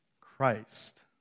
Christ